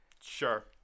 sure